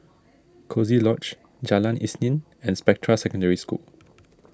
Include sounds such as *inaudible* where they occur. *noise* Coziee Lodge Jalan Isnin and Spectra Secondary School